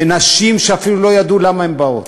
ונשים שאפילו לא ידעו למה הן באות.